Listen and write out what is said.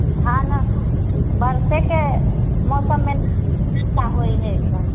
धान बरसेके मौसममे ने सुविधा होइ हय